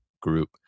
group